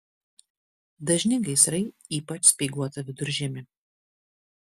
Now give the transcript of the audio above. dažni gaisrai ypač speiguotą viduržiemį